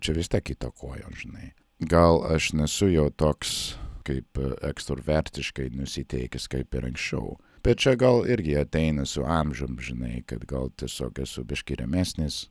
čia vis tiek kita koja žinai gal aš nesu jau toks kaip ekstrvertiškai nusiteikęs kaip ir anksčiau bet čia gal irgi ateina su amžium žinai kad gal tiesiog esu biškį remesnis